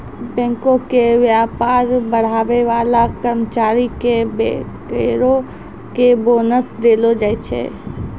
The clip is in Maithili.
बैंको के व्यापार बढ़ाबै बाला कर्मचारी के बैंकरो के बोनस देलो जाय छै